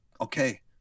okay